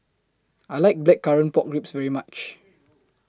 I like Blackcurrant Pork Ribs very much